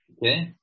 Okay